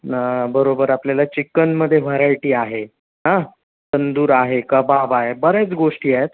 न बरोबर आपल्याला चिकनमध्ये व्हरायटी आहे हां तंदूर आहे कबाब आहे बऱ्याच गोष्टी आहेत